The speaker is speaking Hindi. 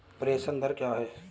प्रेषण दर क्या है?